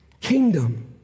kingdom